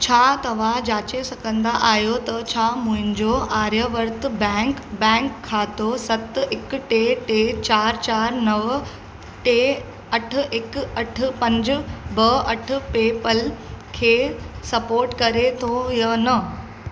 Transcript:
छा तव्हां जाचे सघंदा आहियो त छा मुंहिंजो आर्यावर्त बैंक बैंक खातो सत हिकु टे टे चार चार नव टे अठ हिकु अठ पंज ॿ अठ पे पल खे सपोर्ट करे थो या न